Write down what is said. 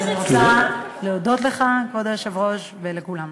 אני רוצה להודות לך, כבוד היושב-ראש, ולכולם.